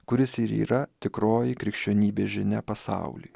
kuris ir yra tikroji krikščionybės žinia pasauliui